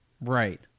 Right